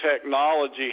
technology